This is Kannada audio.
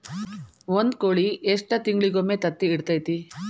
ಒಂದ್ ಕೋಳಿ ಎಷ್ಟ ತಿಂಗಳಿಗೊಮ್ಮೆ ತತ್ತಿ ಇಡತೈತಿ?